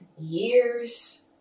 years